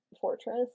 fortress